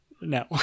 no